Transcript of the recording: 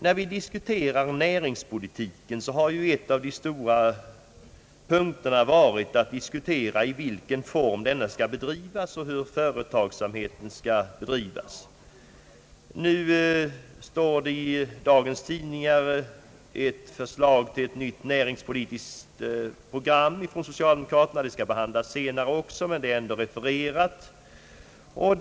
När vi diskuterar näringspolitiken har en av de stora punkterna varit i vilken form denna skall bedrivas och hur företagsamheten skall fungera. Nu finns det i dagens tidningar ett förslag till ett nytt näringspolitiskt program från socialdemokraterna. Det skall behandlas senare, men det är ändå refererat nu.